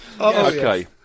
Okay